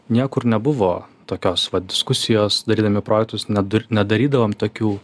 niekur nebuvo tokios diskusijos darydami projektus nedur nedarydavom tokių